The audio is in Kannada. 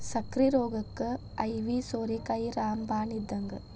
ಸಕ್ಕ್ರಿ ರೋಗಕ್ಕ ಐವಿ ಸೋರೆಕಾಯಿ ರಾಮ ಬಾಣ ಇದ್ದಂಗ